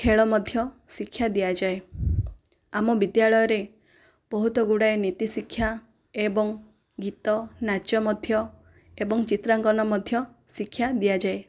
ଖେଳ ମଧ୍ୟ ଶିକ୍ଷା ଦିଆଯାଏ ଆମ ବିଦ୍ୟାଳୟରେ ବହୁତ ଗୁଡ଼ାଏ ନୀତିଶିକ୍ଷା ଏବଂ ଗୀତ ନାଚ ମଧ୍ୟ ଏବଂ ଚିତ୍ରାଙ୍କନ ମଧ୍ୟ ଶିକ୍ଷା ଦିଆଯାଏ